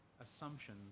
assumption